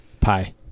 Pie